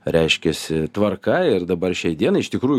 reiškiasi tvarka ir dabar šiai dienai iš tikrųjų